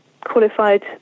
qualified